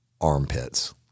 armpits